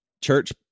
church